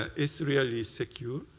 it's really secure.